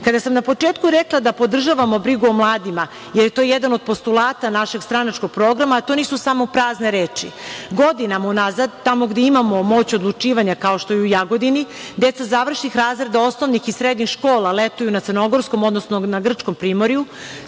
sam na početku rekla da podržavamo brigu o mladima, jer je to jedna od postulata našeg stranačkog programa, to nisu samo prazne reči, godinama u nazad, tamo gde imamo moć odlučivanja, kao što je u Jagodini, deca završnih razreda osnovnih i srednjih škola, letuju na Crnogorskom, odnosno na Grčkom primorju,